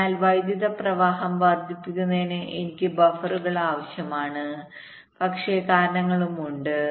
അതിനാൽ വൈദ്യുത പ്രവാഹം വർദ്ധിപ്പിക്കുന്നതിന് എനിക്ക് ബഫറുകൾ ആവശ്യമാണ് പക്ഷേ മറ്റ് കാരണങ്ങളും ഉണ്ട്